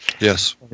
Yes